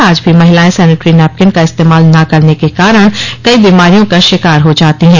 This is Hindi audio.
आज भी महिलाएं सेनेटरी नैपकिन का इस्तेमाल न करने के कारण कई बीमारियों का शिकार हो जाती हैं